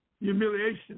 humiliation